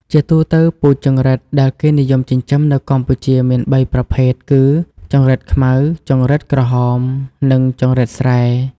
ជាទូទៅ ពូជចង្រិតដែលគេនិយមចិញ្ចឹមនៅកម្ពុជាមានបីប្រភេទគឺ ចង្រិតខ្មៅ ចង្រិតក្រហម និងចង្រិតស្រែ។